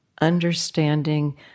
Understanding